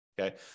okay